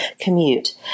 commute